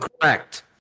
Correct